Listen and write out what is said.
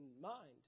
mind